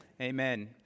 Amen